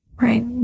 Right